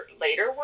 later